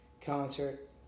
concert